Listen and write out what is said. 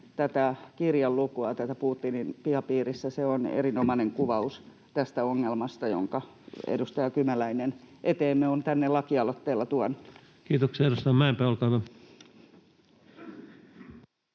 tämän kirjan Putinin pihapiirissä lukemista. Se on erinomainen kuvaus tästä ongelmasta, jonka edustaja Kymäläinen on tänne eteemme lakialoitteella tuonut. Kiitoksia. — Edustaja Mäenpää, olkaa hyvä.